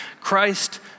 Christ